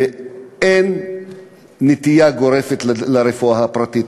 ואין נטייה גורפת לרפואה הפרטית.